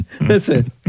Listen